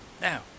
Now